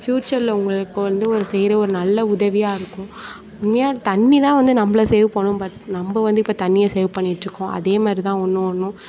ஃப்யூச்சரில் உங்களுக்கு வந்து ஒரு செய்கிற ஒரு நல்ல உதவியாக இருக்கும் உண்மையாக தண்ணிர் தான் வந்து நம்மள சேவ் பண்ணணும் பட் நம்ம வந்து இப்போ தண்ணியை சேவ் பண்ணிக்கிட்டுருக்கோம் அதேமாதிரி தான் ஒன்று ஒன்றும்